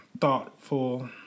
thoughtful